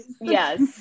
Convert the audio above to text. yes